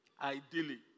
ideally